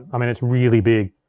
i mean, it's really big.